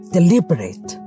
Deliberate